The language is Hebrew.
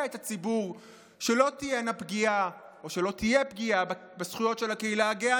את הציבור שלא תהיה פגיעה בזכויות של הקהילה הגאה,